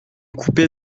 coupé